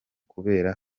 kubera